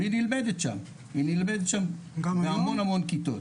והיא נלמדת שם בהמון המון כיתות.